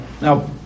now